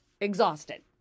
exhausted